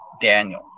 Daniel